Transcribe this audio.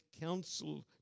counsel